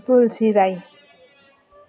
Tulsi Rai